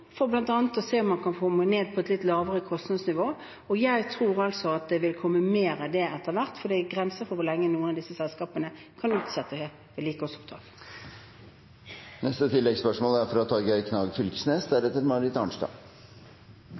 for bl.a. å se om man kan komme ned på et litt lavere kostnadsnivå. Jeg tror at det vil komme mer av det etter hvert, for det er grenser for hvor lenge noen av disse selskapene kan utsette vedlikeholdsoppdrag. Torgeir Knag Fylkesnes – til oppfølgingsspørsmål. Det er